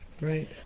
Right